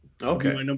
okay